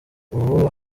ubu